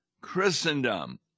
Christendom